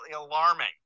alarming